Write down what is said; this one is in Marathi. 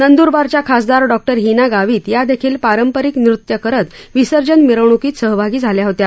नंद्रबारच्या खासदार डॉक्टर हिना गावित यादेखील पारंपरिक नृत्य करत विसर्जन मिरवणूकीत सहभागी झाल्या होत्या